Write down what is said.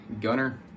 gunner